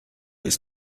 ist